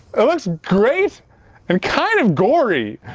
it looks great and kind of gory.